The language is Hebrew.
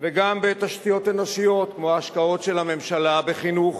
וגם בתשתיות אנושיות כמו ההשקעות של הממשלה בחינוך